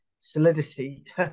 solidity